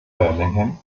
birmingham